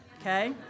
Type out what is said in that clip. okay